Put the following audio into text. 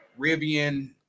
Rivian